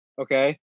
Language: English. Okay